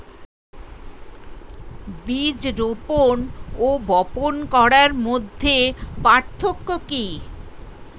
বীজ রোপন ও বপন করার মধ্যে পার্থক্য কি?